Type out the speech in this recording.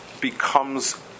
becomes